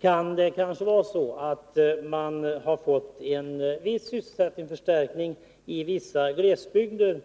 kan det kanske vara så att man i vissa glesbygder har fått en viss sysselsättningsförstärkning.